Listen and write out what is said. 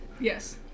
Yes